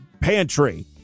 pantry